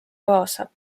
kaasa